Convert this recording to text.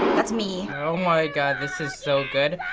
that's me. oh my god, this is so good,